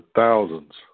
thousands